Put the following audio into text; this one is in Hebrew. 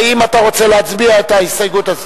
האם אתה רוצה שנצביע על ההסתייגות הזאת?